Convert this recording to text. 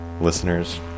Listeners